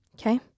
Okay